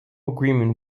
agreement